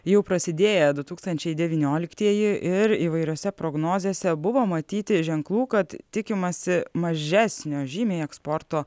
jau prasidėję du tūkstančiai devynioliktieji ir įvairiose prognozėse buvo matyti ženklų kad tikimasi mažesnio žymiai eksporto